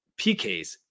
PKs